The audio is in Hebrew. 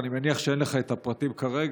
אני מניח שאין לך את הפרטים כרגע,